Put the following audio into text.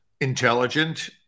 intelligent